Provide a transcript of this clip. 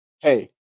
Hey